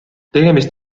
tegemist